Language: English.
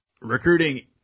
recruiting